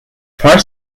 far